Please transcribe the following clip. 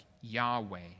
Yahweh